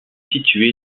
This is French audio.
situé